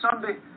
Sunday